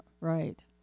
right